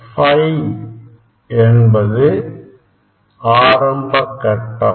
Φ என்பது ஆரம்ப கட்டம்